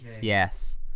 Yes